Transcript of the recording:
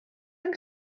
yng